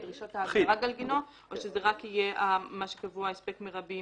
--- דרישות ההגדרה גלגינוע או שזה רק יהיה מה שקבוע: הספק מרבי,